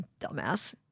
Dumbass